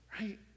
right